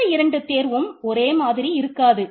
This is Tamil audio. எந்த 2 தேர்வும் ஒரே மாதிரி இருக்காது